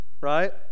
right